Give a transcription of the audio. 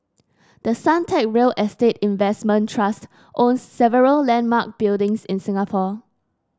the Suntec real estate investment trust owns several landmark buildings in Singapore